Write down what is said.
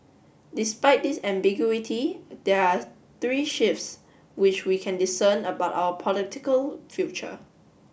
despite this ambiguity there are three shifts which we can discern about our political future